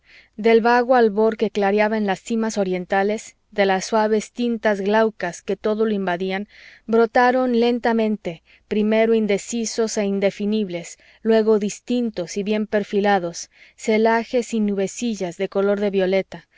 del vago albor que clareaba en las cimas orientales de las suaves tintas glaucas que todo lo invadían brotaron lentamente primero indecisos e indefinibles luego distintos y bien perfilados celajes y nubecillas de color de violeta